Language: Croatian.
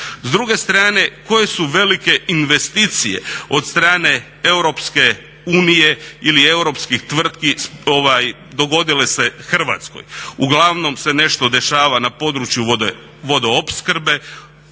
S druge strane koje su velike investicije od strane Europske unije ili europskih tvrtki dogodile se Hrvatskoj. Uglavnom se nešto dešava na području vodoopskrbe,